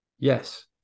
Yes